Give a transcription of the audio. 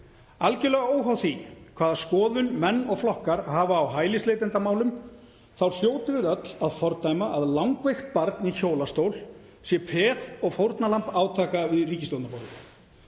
Algjörlega óháð því hvaða skoðun menn og flokkar hafa á hælisleitendamálum þá hljótum við öll að fordæma að langveikt barn í hjólastól sé peð og fórnarlamb átaka við ríkisstjórnarborðið.